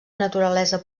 naturalesa